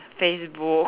Facebook